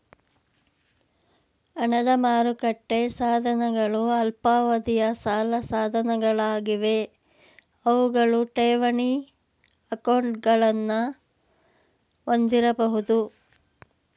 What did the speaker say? ಹಣದ ಮಾರುಕಟ್ಟೆ ಸಾಧನಗಳು ಅಲ್ಪಾವಧಿಯ ಸಾಲ ಸಾಧನಗಳಾಗಿವೆ ಅವುಗಳು ಠೇವಣಿ ಅಕೌಂಟ್ಗಳನ್ನ ಹೊಂದಿರಬಹುದು